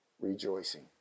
rejoicing